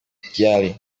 kigali